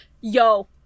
Yo